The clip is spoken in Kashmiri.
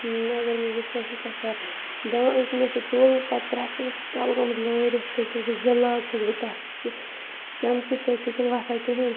اگر بہٕ وٕچھ ہَس وۄنۍ کیٛاہ کَرٕ مےٚ سُہ تُل پَتہٕ پرٛٮ۪شرَس اوس تَلہٕ گوٚمُت لٲرِتھ تہٕ چھَس بہٕ زٕلان چھَس بہٕ تتھ چہٕ چَمچہِ سۭتۍ سُہ چھُنہٕ وۄتھان کِہیٖنۍ